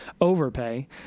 overpay